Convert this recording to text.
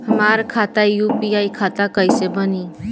हमार खाता यू.पी.आई खाता कईसे बनी?